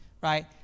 right